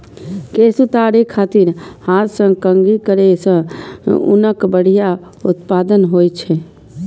केश उतारै खातिर हाथ सं कंघी करै सं ऊनक बढ़िया उत्पादन होइ छै